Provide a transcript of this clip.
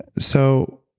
so